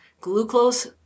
glucose